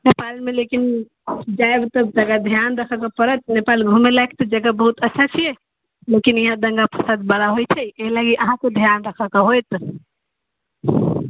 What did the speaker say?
नेपालमे लेकिन जायब तऽ जरा ध्यान रखयके पड़त नेपाल घूमय लायक तऽ जगह बहुत अच्छा लेकिन यहाँ दंगा फसाद बड़ा होइत छै एहि लागी अहाँकेँ ध्यान रखयके होयत